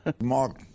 Mark